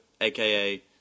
aka